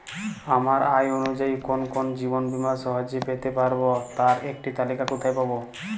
আমার আয় অনুযায়ী কোন কোন জীবন বীমা সহজে পেতে পারব তার একটি তালিকা কোথায় পাবো?